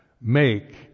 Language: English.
make